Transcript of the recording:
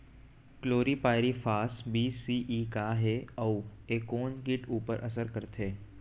Chlorpyrifos CE सी.ई का हे अऊ ए कोन किट ऊपर असर करथे?